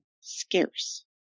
scarce